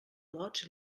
lots